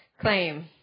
claim